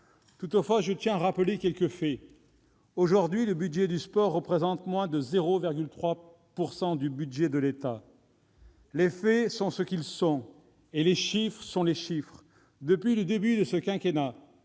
Toutefois, je tiens à rappeler quelques faits. Aujourd'hui, le budget du sport représente moins de 0,3 % du budget de l'État. Les faits sont ce qu'ils sont, et les chiffres sont les chiffres. Depuis le début de ce quinquennat,